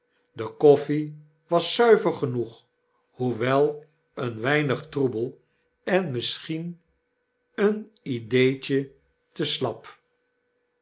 de koffie was zuiver genoeg hoewel een weinig troebel en misschien een ideetje te slap